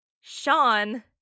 Sean